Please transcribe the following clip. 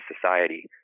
society